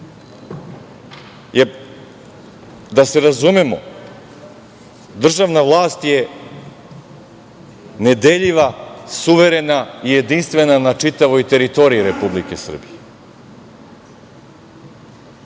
se razumemo, državna vlast je nedeljiva, suverena i jedinstvena na čitavoj teritoriji Republike Srbije. Dalje,